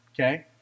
okay